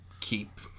keep